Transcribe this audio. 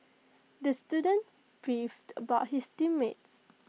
the student beefed about his team mates